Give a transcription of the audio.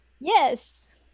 yes